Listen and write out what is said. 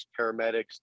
paramedics